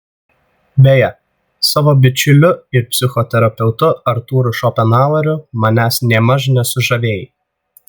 beje savo bičiuliu ir psichoterapeutu artūru šopenhaueriu manęs nėmaž nesužavėjai